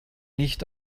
nicht